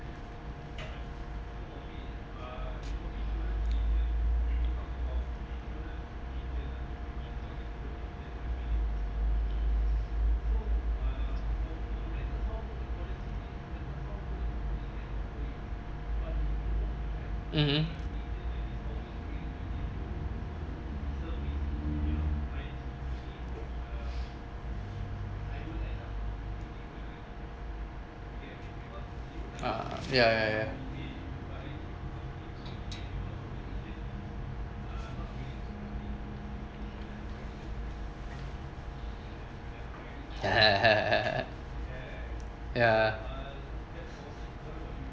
mmhmm uh ya ya ya ya